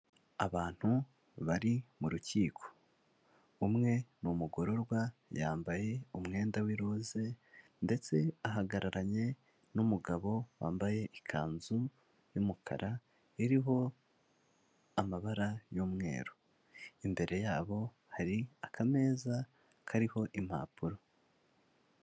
Abantu bari mu rukiko umwe ni umugororwa yambaye umwenda w'iroze ndetse ahagararanye n'umugabo wambaye ikanzu y'umukara iriho amabara y'umweru, imbere yabo hari akameza kariho impapuro.